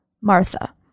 Martha